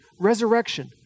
resurrection